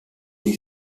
this